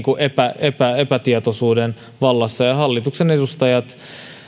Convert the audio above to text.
epätietoisuuden vallassa hallituksen edustajat